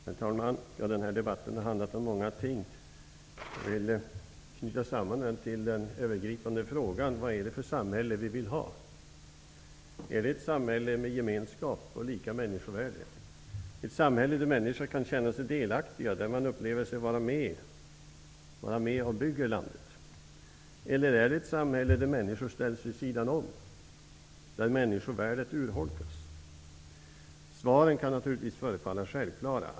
Herr talman! Den här debatten har handlat om många ting. Jag vill knyta samman den till den övergripande frågan: Vad är det för samhälle vi vill ha? Är det ett samhälle med gemenskap och lika människovärde, ett samhälle där människor kan känna sig delaktiga och där man upplever sig vara med att bygga landet? Eller är det ett samhälle där människor ställs vid sidan om, där människovärdet urholkas? Svaren kan naturligtvis förefalla självklara.